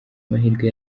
amahirwe